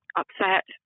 upset